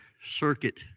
circuit